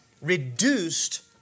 reduced